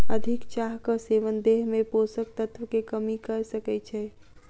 अधिक चाहक सेवन देह में पोषक तत्व के कमी कय सकै छै